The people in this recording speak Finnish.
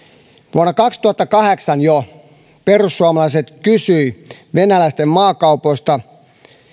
vuonna kaksituhattakahdeksan perussuomalaiset kysyivät venäläisten maakaupoista